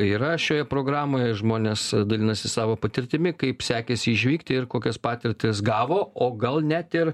yra šioje programoje žmonės dalinasi savo patirtimi kaip sekėsi išvykti ir kokias patirtis gavo o gal net ir